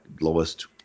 lowest